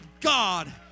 God